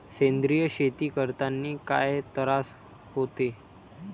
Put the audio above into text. सेंद्रिय शेती करतांनी काय तरास होते?